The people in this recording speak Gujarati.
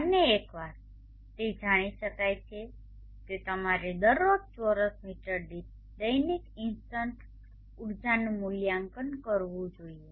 અને એકવાર તે જાણી શકાય છે કે તમારે દરરોજ ચોરસ મીટર દીઠ દૈનિક ઇન્સ્ટન્ટ ઊર્જાનું મૂલ્યાંકન કરવું જોઈએ